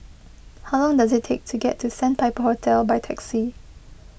how long does it take to get to Sandpiper Hotel by taxi